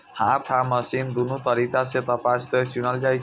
हाथ आ मशीन दुनू तरीका सं कपास कें चुनल जाइ छै